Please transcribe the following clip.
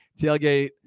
tailgate